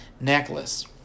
necklace